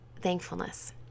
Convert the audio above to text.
thankfulness